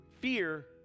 fear